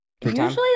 Usually